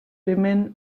women